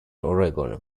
oregon